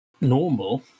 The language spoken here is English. normal